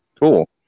Cool